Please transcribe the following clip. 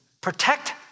protect